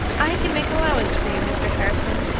i can make allowance for you, mr. harrison,